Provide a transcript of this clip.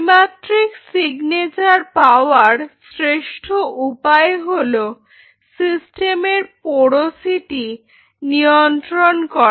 ত্রিমাত্রিক সিগনেচার পাওয়ার শ্রেষ্ঠ উপায় হলো সিস্টেম এর পোরোসিটি নিয়ন্ত্রণ করা